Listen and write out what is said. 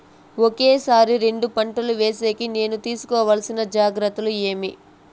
ఒకే సారి రెండు పంటలు వేసేకి నేను తీసుకోవాల్సిన జాగ్రత్తలు ఏమి?